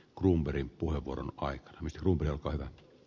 gummerin puheenvuoro kai mentävä